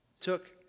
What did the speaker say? Took